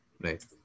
Right